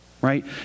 right